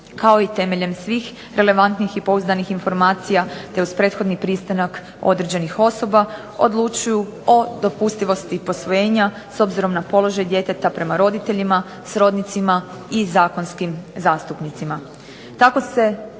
kao i temeljem svih relevantnih i pouzdanih informacija te uz prethodni pristanak određenih osoba odlučuju o dopustivosti posvojenja s obzirom na položaj djeteta prema roditeljima, srodnicima i zakonskim zastupnicima.